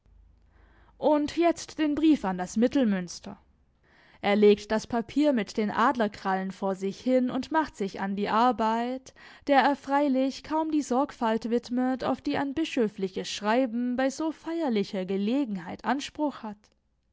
und jetzt den brief an das mittelmünster er legt das papier mit den adlerkrallen vor sich hin und macht sich an die arbeit der er freilich kaum die sorgfalt widmet auf die ein bischöfliches schreiben bei so feierlicher gelegenheit anspruch hat